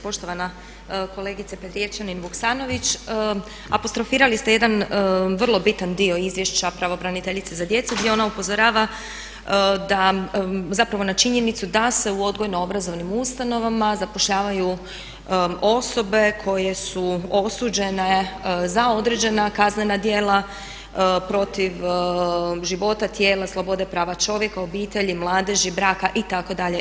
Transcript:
Poštovana kolegice Petrijevčanin Vuksanović apostrofirali ste jedan vrlo bitan dio izvješća pravobraniteljice za djecu gdje ona upozorava zapravo na činjenicu da se u odgojno-obrazovnim ustanovama zapošljavaju osobe koje su osuđene za određena kaznena djela protiv života, tijela, slobode prava čovjeka, obitelji, mladeži, braka itd.